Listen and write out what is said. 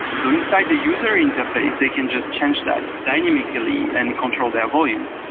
so inside the user interface, they can just change that dynamically and control their volumes,